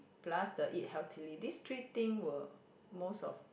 plus the eat healthily these three thing will most of